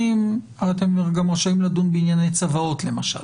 אתם גם רשאים לדון בענייני צוואות, למשל.